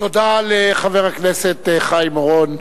תודה לחבר הכנסת חיים אורון.